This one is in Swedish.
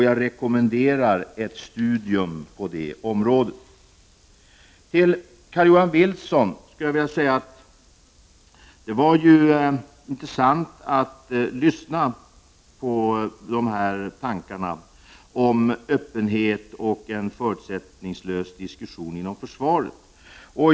Jag rekommenderar Arne Andersson att studera beslutet. Det var intressant att lyssna till Carl-Johan Wilsons tankar om öppenhet och en förutsättningslös diskussion inom försvaret.